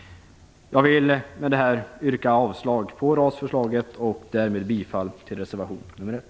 Jag vill med detta yrka avslag på RAS-förslaget och därmed bifall till reservation nr 1.